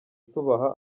tubaha